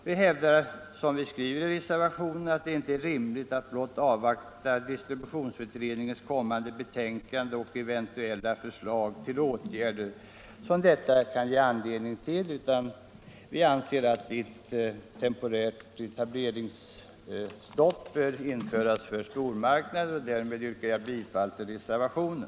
Vi hävdar, som vi skriver i reservationen, att det inte är rimligt att avvakta distributionsutredningens kommande betänkande och eventuella förslag till åtgärder som detta kan ge anledning till. Vi anser därför att ett temporärt etableringsstopp bör införas för stormarknader. Med det anförda ber jag att få yrka bifall till reservationen.